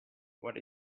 what